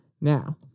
Now